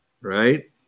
right